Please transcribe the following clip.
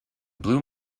blue